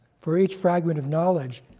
for each fragment of knowledge,